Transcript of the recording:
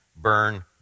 burn